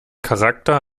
charakter